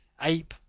ape,